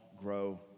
grow